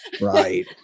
right